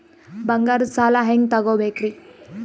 ಬಂಗಾರದ್ ಸಾಲ ಹೆಂಗ್ ತಗೊಬೇಕ್ರಿ?